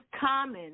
common